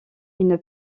une